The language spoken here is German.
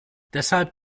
deshalb